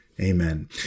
Amen